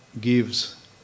gives